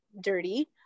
dirty